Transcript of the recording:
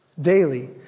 daily